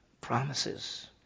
promises